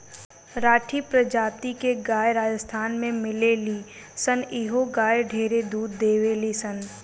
राठी प्रजाति के गाय राजस्थान में मिलेली सन इहो गाय ढेरे दूध देवेली सन